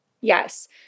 yes